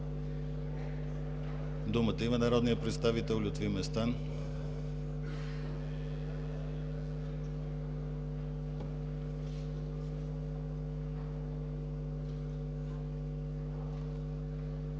Думата има народният представител Лютви Местан.